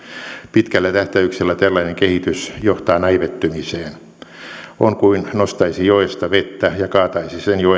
pitkällä tähtäyksellä tällainen kehitys johtaa näivettymiseen on kuin nostaisi joesta vettä ja kaataisi sen